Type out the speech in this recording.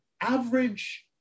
average